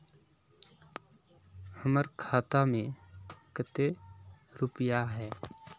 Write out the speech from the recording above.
हमर खाता में केते रुपया है?